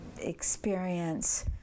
experience